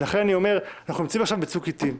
לכן אני אומר, אנחנו נמצאים עכשיו בצוק עתים,